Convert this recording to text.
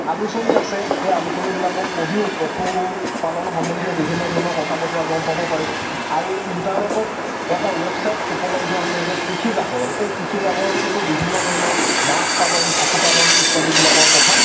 আলোচনী আছে সেই আলোচনীবিলাকত পঢ়িও পশুপালন সম্বন্ধীয় বিভিন্ন ধৰণৰ কথা বতৰা গম পাব পাৰি আৰু ইন্টাৰনেটত এটা ৱেবছাইট উপলব্ধ আছে যে কৃ্ষি জাগৰণ এই কৃ্ষি জাগৰণটোতো বিভিন্ন ধৰণৰ মাছ পালন পশু পালন ইত্যাদিবিলাকৰ কথা